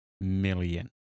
million